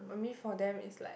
maybe for them it's like